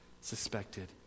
suspected